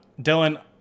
Dylan